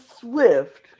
Swift